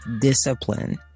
discipline